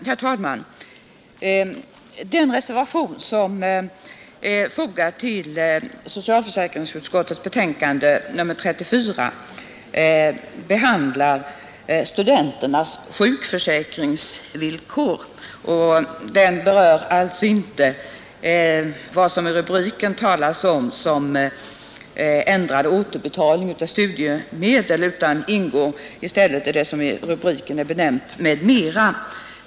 Herr talman! Den reservation som är fogad till socialförsäkringsutskottets betänkande nr 34 behandlar studenternas sjukförsäkringsvillkor. Den berör alltså inte vad som i rubriken talas om som ”Ändrade regler för återbetalning av studiemedel” utan ingår i stället i det som i rubriken är benämnt ”m.m.”.